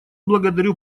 благодарю